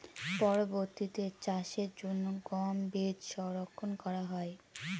পরবর্তিতে চাষের জন্য গম বীজ সংরক্ষন করা হয়?